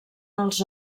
els